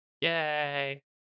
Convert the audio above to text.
Yay